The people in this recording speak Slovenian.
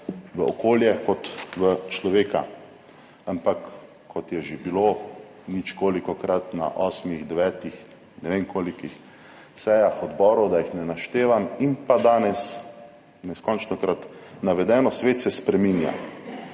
v okolje kot v človeka. Ampak kot je že bilo ničkolikokrat na osmih, devetih, ne vem kolikih sejah odborov, da jih ne naštevam in pa danes neskončnokrat navedeno, svet se spreminja.